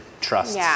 trusts